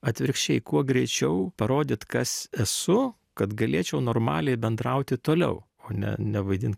atvirkščiai kuo greičiau parodyt kas esu kad galėčiau normaliai bendrauti toliau o ne nevaidint